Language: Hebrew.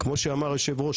כמו שאמר היושב-ראש,